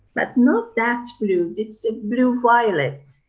but not that blue, it's a blue violet.